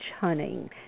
hunting